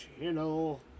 channel